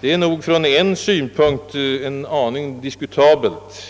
Det är nog från åtminstone en synpunkt lite diskutabelt.